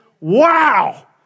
Wow